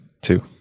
two